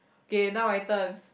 okay now my turn